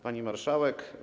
Pani Marszałek!